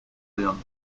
lyons